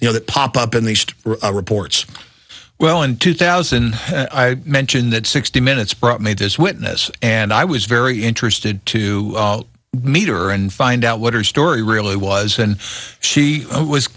you know that pop up in the east reports well in two thousand i mentioned that sixty minutes brought me this witness and i was very interested to meet her and find out what her story really was and she was